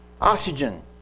Oxygen